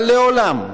אבל לעולם,